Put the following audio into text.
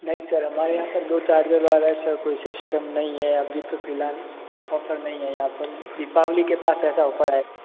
नहीं सर हमारे यहाँ पर दो चार्जर वाला ऐसा कोई सिस्टम नहीं है अभी तो फ़िलहाल ऑफ़र नहीं है यहाँ पर दीपावली के पास ऐसा ऑफ़र आएगा